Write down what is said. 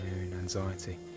anxiety